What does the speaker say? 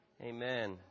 Amen